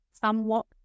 somewhat